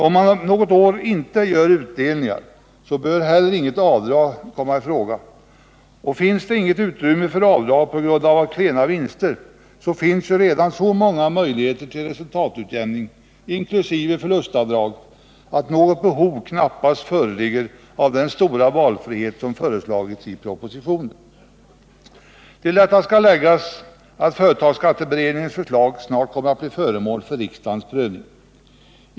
Om man något år inte gör utdelningar, så bör heller inget avdrag komma i fråga, och finns det inget utrymme för avdrag på grund av klena vinster har man ju redan så många möjligheter till resultatutjämning — inkl. förlustavdrag — att något behov knappast föreligger av den stora valfrihet som föreslagits i propositionen. Till detta skall läggas att företagsskatteberedningens förslag snart kommer att bli föremål för riksdagens prövning.